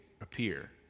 appear